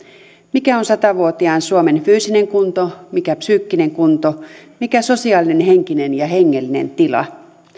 mikä on sata vuotiaan suomen fyysinen kunto mikä psyykkinen kunto mikä sosiaalinen henkinen ja hengellinen tila